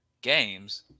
games